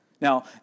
Now